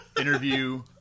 interview